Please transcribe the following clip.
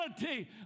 reality